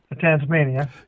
Tasmania